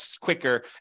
quicker